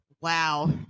Wow